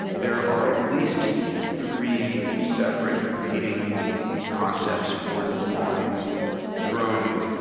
there are at least three separate competing concepts for deploying drones,